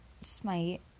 Smite